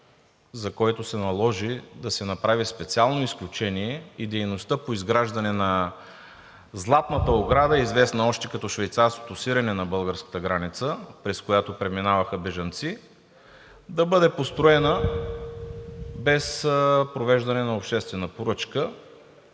за когото се наложи да се направи специално изключение – за дейността по изграждане, и „златната ограда“, известна още като „швейцарското сирене“ на българската граница, през която преминаваха бежанци, да бъде построена без провеждане на обществена поръчка.